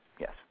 Yes